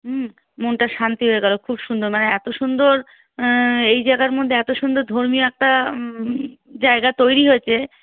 হুম মনটা শান্তি হয়ে গেলো খুব সুন্দর মানে এতো সুন্দর এই জায়গার মধ্যে এতো সুন্দর ধর্মীয় একটা জায়গা তৈরি হয়েছেে